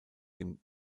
dem